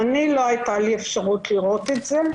אני לא הייתה לי אפשרות לראות את זה.